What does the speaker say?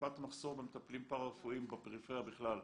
מפאת המחסור במטפלים פרה-רפואיים בפריפריה בכלל,